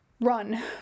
run